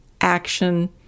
action